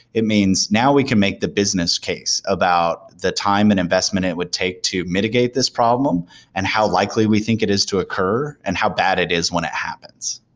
it means now we can make the business case about the time and investment it would take to mitigate this problem and how likely we think it is to occur and how bad it is when it happens.